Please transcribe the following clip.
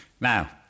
Now